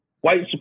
white